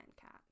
cat